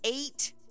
eight